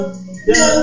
no